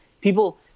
People